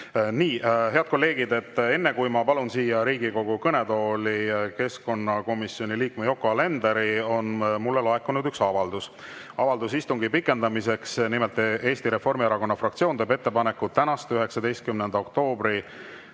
head kolleegid! Enne, kui ma palun siia Riigikogu kõnetooli keskkonnakomisjoni liikme Yoko Alenderi, on mulle laekunud üks avaldus, avaldus istungi pikendamiseks. Nimelt, Eesti Reformierakonna fraktsioon teeb ettepaneku tänast, 19. oktoobri